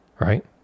Right